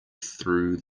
through